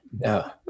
No